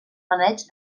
maneig